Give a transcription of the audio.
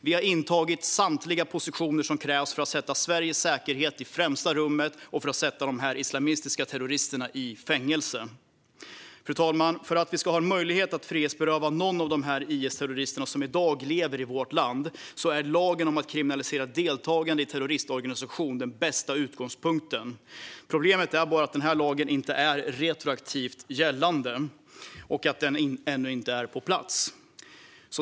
Vi har intagit samtliga positioner som krävs för att sätta Sveriges säkerhet i främsta rummet och sätta de islamistiska terroristerna i fängelse. Fru talman! Om vi ska ha en möjlighet att frihetsberöva någon av de IS-terrorister som i dag lever i vårt land är lagen om att kriminalisera deltagande i terroristorganisation den bästa utgångspunkten. Problemet är bara att lagen inte är retroaktivt gällande och att den ännu inte är på plats.